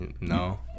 no